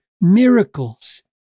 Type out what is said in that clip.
miracles